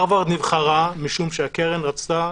הרווארד נבחרה משום שהקרן רצתה